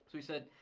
so he said,